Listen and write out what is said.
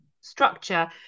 structure